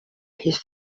his